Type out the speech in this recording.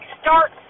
Start